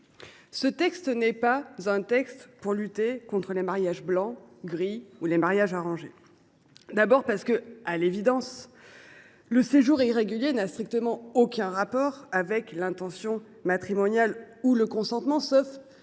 ce texte n’est pas. Ce texte ne vise pas à lutter contre les mariages blancs, gris ou arrangés, tout d’abord parce que, à l’évidence, le séjour irrégulier n’a strictement aucun rapport avec l’intention matrimoniale ou le consentement. Sauf